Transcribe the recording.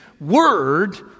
word